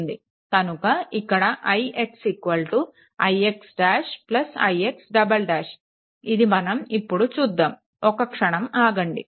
కనుక ఇక్కడ ix ix' ix" అది మనం ఇప్పుడు చూద్దాము ఒక్క క్షణం ఆగండి